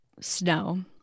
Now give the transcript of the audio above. snow